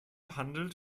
handelt